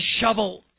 shovel